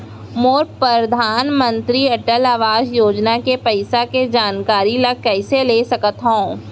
मोर परधानमंतरी अटल आवास योजना के पइसा के जानकारी ल कइसे ले सकत हो?